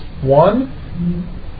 One